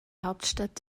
hauptstadt